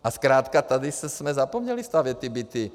A zkrátka tady jsme zapomněli stavět ty byty.